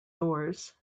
doors